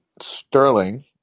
Sterling